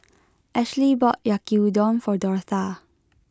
Ashlee bought Yaki Udon for Dortha